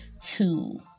two